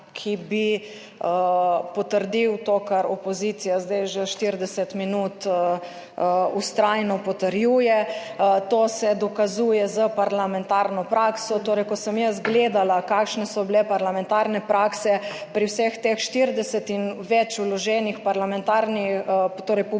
ki bi potrdil to, kar opozicija zdaj že 40 minut vztrajno potrjuje. To se dokazuje s parlamentarno prakso. Torej, ko sem jaz gledala, kakšne so bile parlamentarne prakse pri vseh teh 40 in več vloženih parlamentarnih, torej